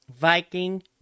Viking